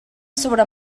sobre